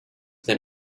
than